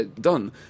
done